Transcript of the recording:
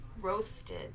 Roasted